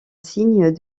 signe